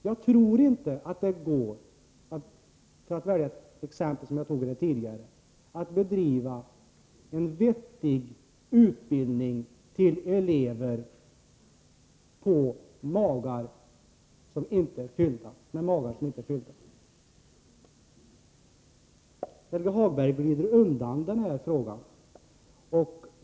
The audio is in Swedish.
Jag tror inte att det går — för att åter ta upp ett exempel som jag tog här tidigare — att bedriva en vettig utbildning med elever vilkas magar inte är fyllda! Helge Hagberg glider undan denna fråga.